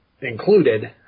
included